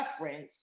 reference